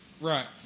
Right